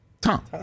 Tom